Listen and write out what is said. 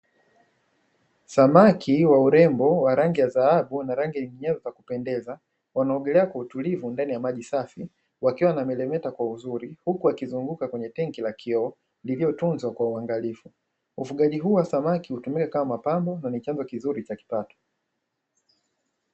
Samaki wa urembo wa rangi ya dhahabu na rangi nyinginezu za kupendeza. Wanaogelea kwa utulivu ndani ya maji safi, wakiwa na wanameremeta kwa uzuri. Huku akizungumza kwenye tenki la kioo liliotunzwa kwa uangalifu. Ufugaji huu wa samaki hutumika kama mapambo na ni chanzo kizuri cha kipato.